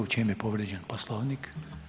U čem je povrijeđen Poslovnik?